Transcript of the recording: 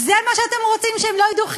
זה מה שאתם רוצים שהם לא ידעו?